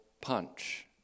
punch